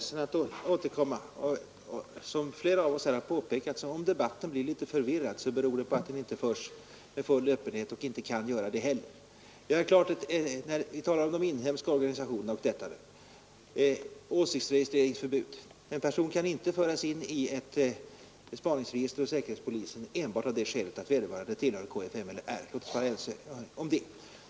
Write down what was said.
Herr talman! Jag är ledsen för att jag måste återkomma. Om debatten blir litet förvirrad så beror det som flera av oss här har pekat på att den inte förs med full öppenhet och inte heller kan göra det. När vi talar om de inhemska rörelserna och detta åsiktsregistreringsförbud, är det klart att en person inte kan föras in i ett spanningsregister hos säkerhetspolisen enbart av det skälet att vederbörande tillhör kfml. Låt oss vara ense om det.